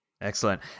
excellent